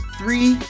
three